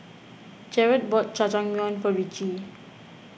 Jerad bought Jajangmyeon for Ricci